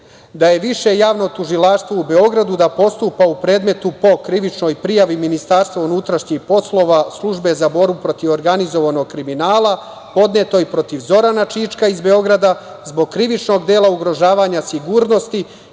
da Više javno tužilaštvo u Beogradu postupa u predmetu po krivičnoj prijavi MUP-a, Službe za borbu protiv organizovanog kriminala, podnetoj protiv Zorana Čička iz Beograda zbog krivičnog dela ugrožavanja sigurnosti